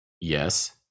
Yes